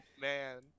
man